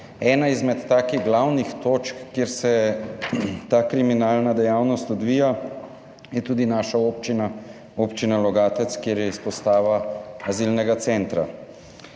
Ena izmed takih glavnih točk, kjer se ta kriminalna dejavnost odvija, je tudi naša občina, občina Logatec, kjer je izpostava azilnega centra.